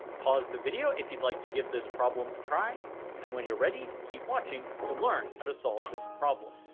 pause the video, if you'd like to give this problem a try and when you're ready keep watching to learn how to solve this problem